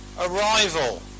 arrival